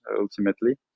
ultimately